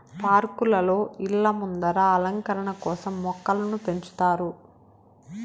పార్కులలో, ఇళ్ళ ముందర అలంకరణ కోసం మొక్కలను పెంచుతారు